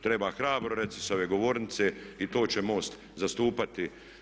Treba hrabro reći sa ove govornice i to će MOST zastupati.